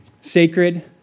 sacred